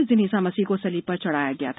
इस दिन ईसा मसीह को सलीब पर चढ़ाया गया था